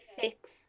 six